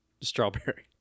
strawberry